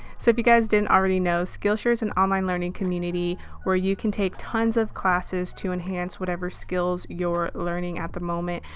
so if you guys didn't already know, skillshare is an online learning community where you can take tons of classes to enhance whatever skills you're learning at the moment.